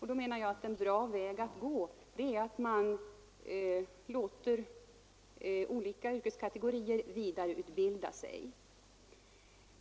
Jag menar att en bra väg att gå är att låta olika yrkeskategorier vidareutbilda sig.